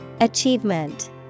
Achievement